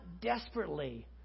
desperately